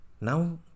Now